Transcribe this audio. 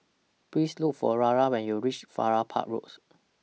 Please Look For Ragna when YOU REACH Farrer Park Roads